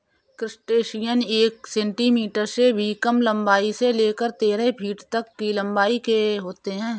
crustacean एक centimetre से भी कम लंबाई से लेकर तेरह फीट तक की लंबाई के होते हैं